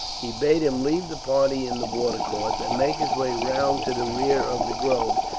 he bade him leave the party in the watercourse, and make his way round to the rear of the grove,